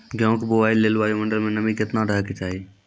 गेहूँ के बुआई लेल वायु मंडल मे नमी केतना रहे के चाहि?